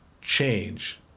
change